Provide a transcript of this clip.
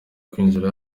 kwinjira